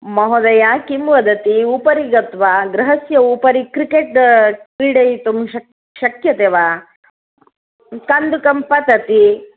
महोदय किं वदति उपरि गत्वा गृहस्य उपरि क्रिकेट् क्रीडितुं शक् शक्यते वा कन्दुकं पतति